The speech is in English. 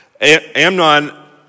Amnon